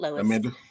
Amanda